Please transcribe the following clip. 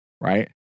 Right